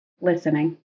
Listening